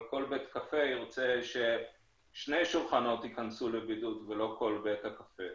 אבל כל בית קפה ירצה ששני שולחנות ייכנסו לבידוד ולא כל בית הקפה.